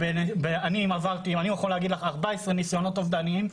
אני עברתי 14 ניסיונות אובדניים,